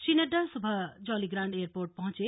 श्री नड्डा सुबह जौलीग्रांट एयरपोर्ट पर पहुंचे